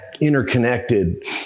interconnected